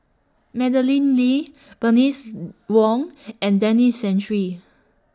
Madeleine Lee Bernice Wong and Denis Santry